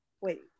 wait